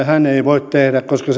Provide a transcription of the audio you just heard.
hän ei voi tehdä koska